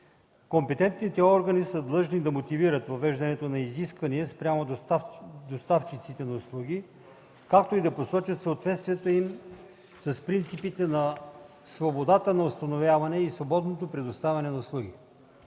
Компетентните органи са длъжни да мотивират въвеждането на изисквания спрямо доставчиците на услуги, както и да посочат съответствието им с принципите на свободата на установяване и свободното предоставяне на услуги.